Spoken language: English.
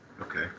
Okay